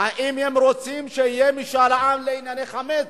האם הם רוצים שיהיה משאל עם על ענייני חמץ?